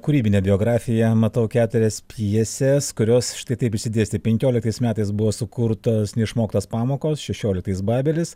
kūrybinę biografiją matau keturias pjeses kurios štai taip išsidėstė penkioliktais metais buvo sukurtos neišmoktos pamokos šešioliktais babelis